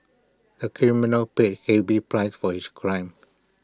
the criminal paid heavy price for his crime